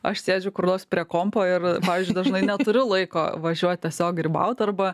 aš sėdžiu kur nors prie kompo ir pavyzdžiui dažnai neturiu laiko važiuot tiesiog grybaut arba